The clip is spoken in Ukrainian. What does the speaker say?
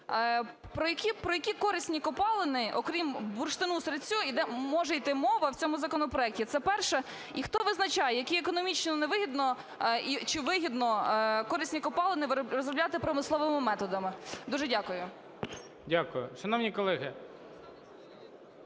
про які корисні копалини, окрім бурштину-сирцю, може йти мова в цьому законопроекті? Це перше. І хто визначає, які економічно не вигідно чи вигідно корисні копалини розробляти промисловими методами? Дуже дякую. ГОЛОВУЮЧИЙ. Дякую. Шановні колеги,